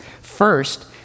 first